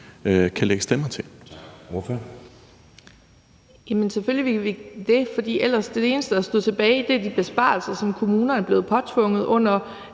Bech-Nielsen (SF): Selvfølgelig vil vi det, for det eneste, der stod tilbage, er de besparelser, som kommunerne er blevet påtvunget under